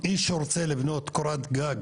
איש שרוצה לבנות קורת גג